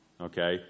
okay